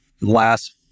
last